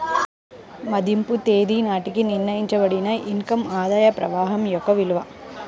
మదింపు తేదీ నాటికి నిర్ణయించబడిన ఇన్ కమ్ ఆదాయ ప్రవాహం యొక్క విలువ